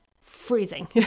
freezing